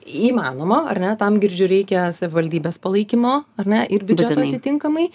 įmanoma ar ne tam girdžiu reikia savivaldybės palaikymo ar ne ir biudžeto atitinkamai